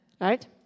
Right